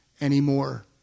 anymore